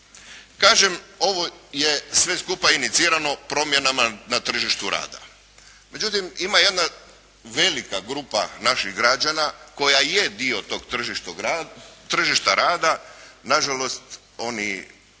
Kažem ovo je sve skupa inicirano promjenama na tržištu rada. Međutim ima jedna velika grupa naših građana koja je dio tog tržišta rada, na žalost oni